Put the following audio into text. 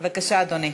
בבקשה, אדוני.